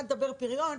אתה תדבר פריון,